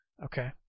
Okay